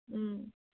ও